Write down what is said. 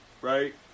right